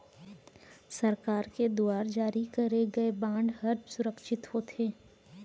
सरकार के दुवार जारी करे गय बांड हर सुरक्छित होथे